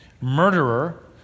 murderer